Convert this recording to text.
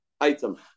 item